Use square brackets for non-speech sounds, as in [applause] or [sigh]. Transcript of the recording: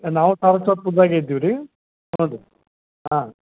ನಾವು [unintelligible] ಇದ್ದೀವಿ ರೀ ಹೌದು ಹಾಂ